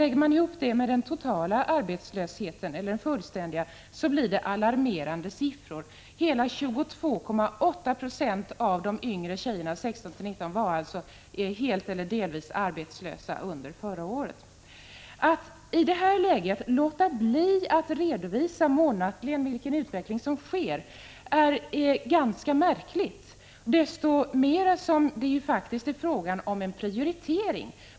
Lägger man ihop det med siffran för fullständigt arbetslösa blir det alarmerande tal: Hela 22,8 96 av de yngre flickorna, 16—19 år var helt eller delvis arbetslösa under förra året. Det är ganska märkligt att man i detta läge låter bli att månatligen redovisa utvecklingen — desto mer som det faktiskt är fråga om en prioritering.